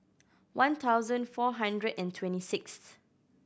one thousand four hundred and twenty sixth